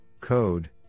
code